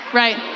right